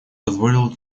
позволил